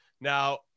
Now